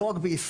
לא רק בישראל,